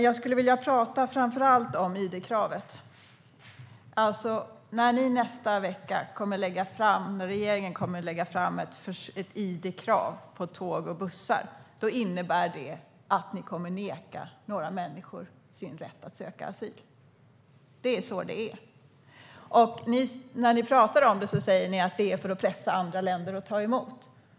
Jag skulle framför allt vilja prata om id-kravet. När regeringen i nästa vecka kommer att lägga fram förslag om id-krav på tåg och bussar innebär det att ni kommer att neka människor rätten att söka asyl. Det är så det är. När ni talar om det säger ni att det är för att pressa andra länder att ta emot.